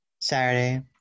Saturday